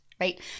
Right